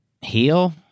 heal